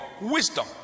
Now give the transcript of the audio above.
Wisdom